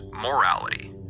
morality